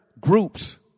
groups